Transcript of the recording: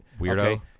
Weirdo